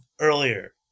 earlier